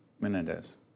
Menendez